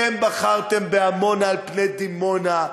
אתם בחרתם בעמונה על פני דימונה.